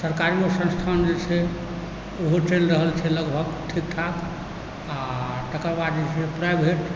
सरकारियो संस्थान जे छै ओहो चलि रहल छै लगभग ठीक ठाक आओर तकर बाद जे छै प्राइवेट